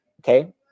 okay